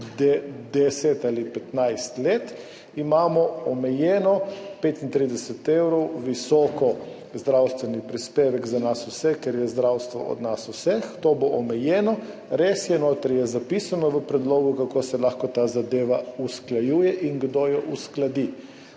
10 ali 15 let imamo omejeno, 35 evrov visok zdravstveni prispevek za nas vse, ker je zdravstvo od nas vseh, to bo omejeno. Res je, notri je zapisano v predlogu, kako se lahko ta zadeva usklajuje in kdo jo uskladi.